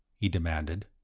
he demanded.